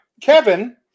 Kevin